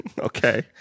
okay